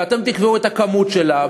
ואתם תקבעו את ההיקף שלה,